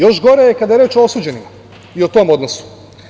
Još gore je kada je reč o osuđenima i o tom odnosu.